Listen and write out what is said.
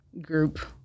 group